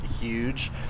huge